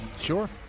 Sure